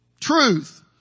Truth